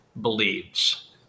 believes